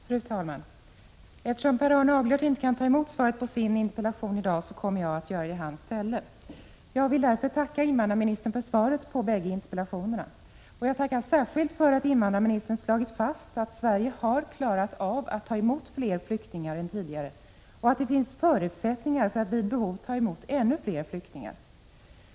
Fru talman! Eftersom Per Arne Aglert inte kan ta emot svaret på sin interpellation i dag, kommer jag att göra det i hans ställe. Jag vill därför tacka invandrarministern för svaret på bägge interpellationerna. Och jag tackar särskilt för att invandrarministern slagit fast att Sverige har klarat av att ta emot fler flyktingar än tidigare, och att det finns förutsättningar för att vid behov ta emot ännu fler flyktingar.